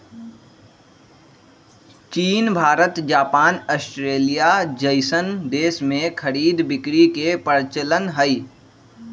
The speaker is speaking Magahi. चीन भारत जापान अस्ट्रेलिया जइसन देश में खरीद बिक्री के परचलन हई